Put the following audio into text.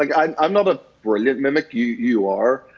like i'm i'm not a brilliant mimic. you you are.